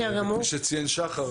כפי שציין שחר,